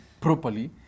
properly